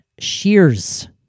Shears